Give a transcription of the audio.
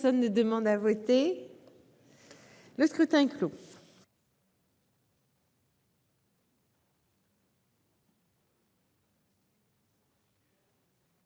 personne ne demande à voter. Le scrutin est clos.